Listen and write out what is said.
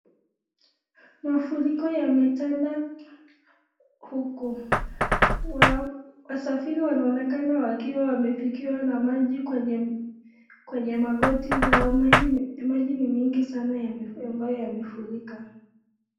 Mafuriko yametanda huku. wasafiri wanaonekana wakiwa wamefikiwa na maji kwenye kwenye magoti zao maji ni mingi sana ambayo yamefurika.